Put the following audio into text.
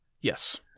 Yes